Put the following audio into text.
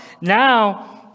Now